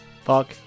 Fuck